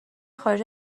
خارج